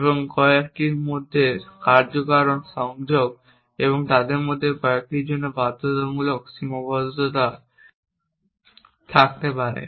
এবং কয়েকটির মধ্যে কার্যকারণ সংযোগ এবং তাদের মধ্যে কয়েকটির জন্য বাধ্যতামূলক সীমাবদ্ধতা থাকতে পারে